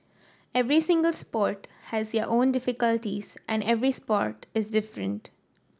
every single sport has their own difficulties and every sport is different